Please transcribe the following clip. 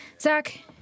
Zach